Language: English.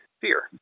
fear